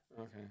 Okay